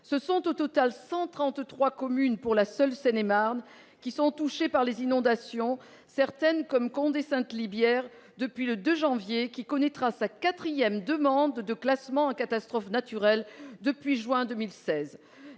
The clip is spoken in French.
Ce sont au total 133 communes, pour la seule Seine-et-Marne, qui sont touchées par les inondations. Certaines, comme Condé-Sainte-Libiaire, qui connaîtra sa quatrième demande de classement en catastrophe naturelle depuis juin 2016,